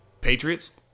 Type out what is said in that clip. Patriots